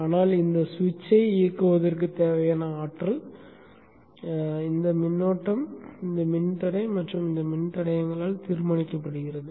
ஆனால் இந்த சுவிட்சை இயக்குவதற்குத் தேவையான ஆற்றல்மிகு மின்னோட்டம் இந்த மின்தடை மற்றும் இந்த மின்தடையங்களால் தீர்மானிக்கப்படுகிறது